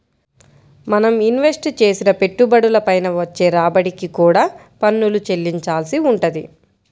మనం ఇన్వెస్ట్ చేసిన పెట్టుబడుల పైన వచ్చే రాబడికి కూడా పన్నులు చెల్లించాల్సి వుంటది